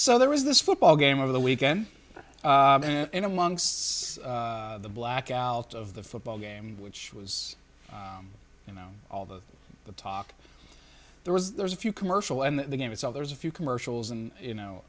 so there was this football game over the weekend in amongst the blackout of the football game which was you know all the talk there was there's a few commercial and the game itself there's a few commercials and you know